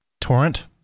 Torrent